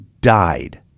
died